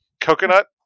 coconut